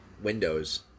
windows